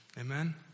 Amen